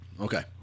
Okay